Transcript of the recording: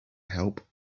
help